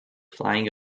flying